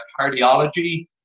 Cardiology